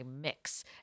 mix